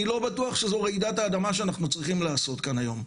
אני לא בטוח שזו רעידת האדמה שאנחנו צריכים לעשות כאן היום.